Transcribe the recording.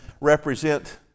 represent